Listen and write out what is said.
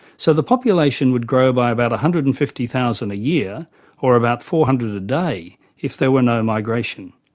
so the population would grow by about one hundred and fifty thousand a year or about four hundred a day if there were no migration.